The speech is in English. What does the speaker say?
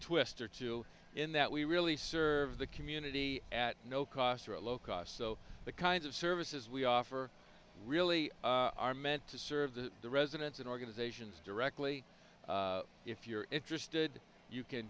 twister too in that we really serve the community at no cost or a low cost so the kinds of services we offer really are meant to serve the the residents and organizations directly if you're interested you can